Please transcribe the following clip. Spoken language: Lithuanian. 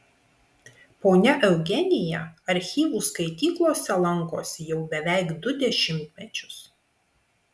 ponia eugenija archyvų skaityklose lankosi jau beveik du dešimtmečius